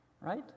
right